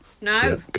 No